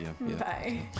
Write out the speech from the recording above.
Bye